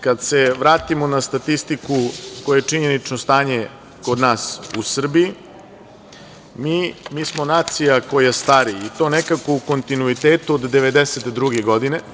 Kad se vratimo na statistiku koja je činjenično stanje kod nas u Srbiji, mi smo nacija koja stari, i to nekako u kontinuitetu od 1992. godine.